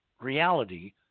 reality